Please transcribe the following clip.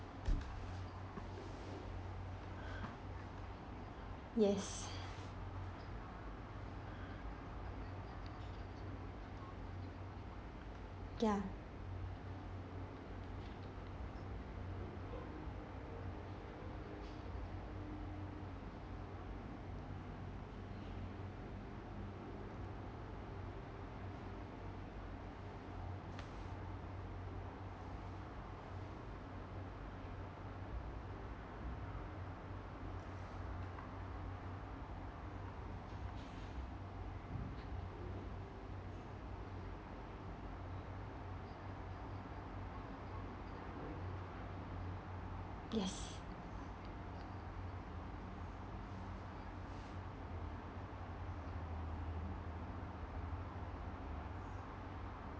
yes ya yes